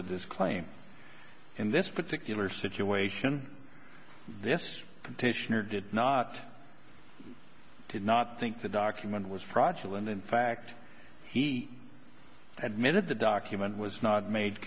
supported this claim in this particular situation this contention or did not did not think the document was fraudulent in fact he admitted the document was not made